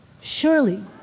Surely